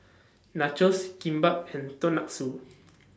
Nachos Kimbap and Tonkatsu